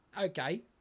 Okay